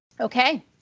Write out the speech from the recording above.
Okay